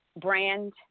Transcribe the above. brand